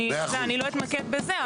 אני לא אתמקד בזה.